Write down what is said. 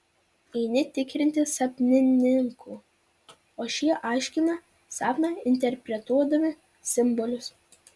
eini tikrinti sapnininkų o šie aiškina sapną interpretuodami simbolius